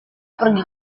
pergi